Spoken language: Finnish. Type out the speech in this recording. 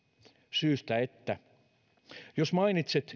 syystä että jos mainitset